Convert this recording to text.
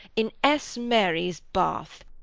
in s. mary's bath,